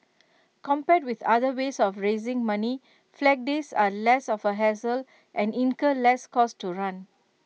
compared with other ways of raising money Flag Days are less of A hassle and incur less cost to run